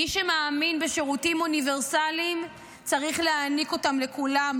מי שמאמין בשירותים אוניברסליים צריך להעניק אותם לכולם,